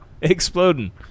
Exploding